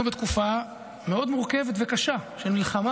אנחנו בתקופה מאוד מורכבת וקשה של מלחמה,